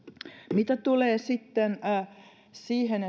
mitä tulee sitten siihen